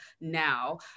now